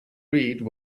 read